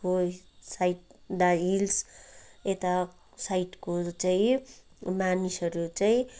को side the hills यता साइडको चाहिँ मानिसहरू चाहिँ